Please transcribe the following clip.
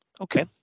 Okay